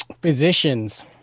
Physicians